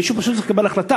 מישהו פשוט צריך לקבל החלטה.